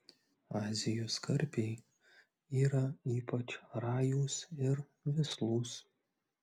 azijos karpiai yra ypač rajūs ir vislūs